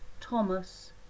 Thomas